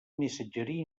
missatgeria